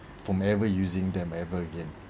from ever using them ever again